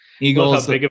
eagles